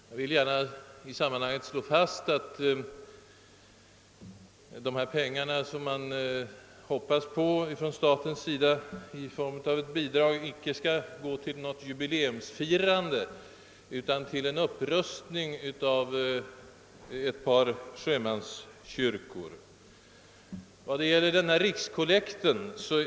Jag vill gärna i detta sammanhang slå fast, att de pengar som man hoppas att få av staten i form av ett bidrag, icke skall gå till kostnaderna för något jubileumsfirande utan till en upprustning av ett par sjömanskyrkor, som man vill göra i anslutning till sjömansmissionens 100 årsjubileum.